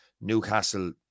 Newcastle